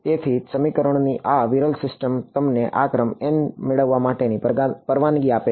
તેથી સમીકરણોની આ વિરલ સિસ્ટમ તમને આ ક્રમ n મેળવવા માટે પરવાનગી આપે છે